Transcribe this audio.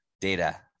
data